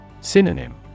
Synonym